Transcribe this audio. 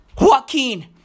Joaquin